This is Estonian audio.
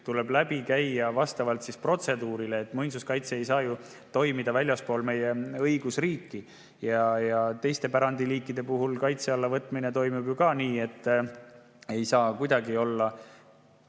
tuleb läbi käia vastavalt protseduurile. Muinsuskaitse ei saa ju toimida väljaspool meie õigusriiki. Teiste pärandiliikide puhul toimib kaitse alla võtmine ju ka nii. Ei saa kuidagi olla